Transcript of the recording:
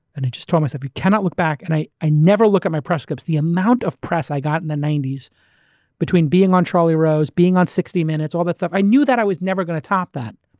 and i just told myself, you cannot look back. and i i never look at my press con. the amount of press i got in the ninety s between being on charlie rose, being on sixty minutes, all that stuff, i knew that i was never going to top that.